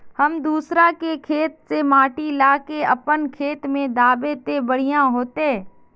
हम दूसरा के खेत से माटी ला के अपन खेत में दबे ते बढ़िया होते?